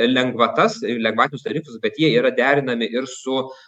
lengvatas ir lengvatinius tarifus bet jie yra derinami ir su